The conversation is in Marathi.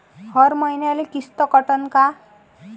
हर मईन्याले किस्त कटन का?